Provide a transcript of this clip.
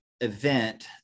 event